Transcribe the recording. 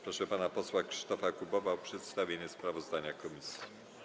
Proszę pana posła Krzysztofa Kubowa o przedstawienie sprawozdania komisji.